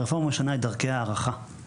הרפורמה משנה את דרכי הערכה,